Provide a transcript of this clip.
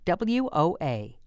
WOA